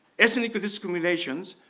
ethnic but discrimination,